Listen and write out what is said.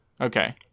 Okay